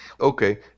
Okay